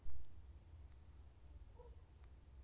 निवेश प्रबंधन मे बैंकिंग, बजट, कर सेवा आ कर्तव्य सेहो शामिल रहे छै